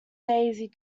daisy